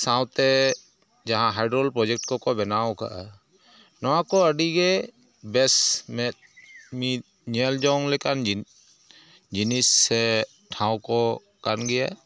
ᱥᱟᱶᱛᱮ ᱡᱟᱦᱟᱸ hydel project ᱠᱚᱠᱚ ᱵᱮᱱᱟᱣ ᱠᱟᱜᱼᱟ ᱱᱚᱣᱟ ᱠᱚ ᱟᱹᱰᱤᱜᱮ ᱵᱮᱥ ᱢᱮᱫ ᱢᱤᱫ ᱧᱮᱞ ᱡᱚᱝᱞᱮᱠᱟᱱ ᱡᱤᱱᱤᱥ ᱡᱤᱱᱤᱥ ᱥᱮ ᱴᱷᱟᱶ ᱠᱚ ᱠᱟᱱᱜᱮᱭᱟ